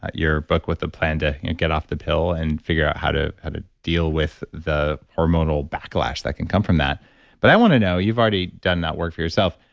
ah your book with a plan to get off the pill and figure out how to how to deal with the hormonal backlash that can come from that but i want to know, you've already done work for yourself.